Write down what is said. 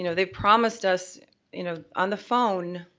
you know they promised us you know on the phone